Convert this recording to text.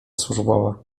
służbowa